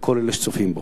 לכל אלה שצופים בו.